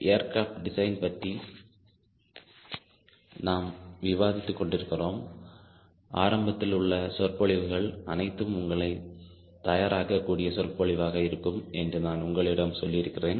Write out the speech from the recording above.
aircraft design பற்றி நாம் விவாதித்துக் கொண்டிருக்கிறோம் ஆரம்பத்தில் உள்ள சொற்பொழிவுகள் அனைத்தும் உங்களை தயாராக்க கூடிய சொற்பொழிவாக இருக்கும் என்று நான் உங்களிடம் சொல்லி இருக்கிறேன்